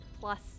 plus